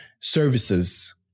services